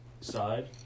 side